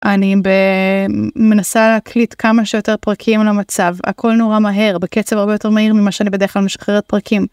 אני מנסה להקליט כמה שיותר פרקים על המצב, הכל נורא מהר, בקצב הרבה יותר מהיר ממה שאני בדרך כלל משחררת פרקים.